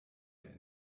der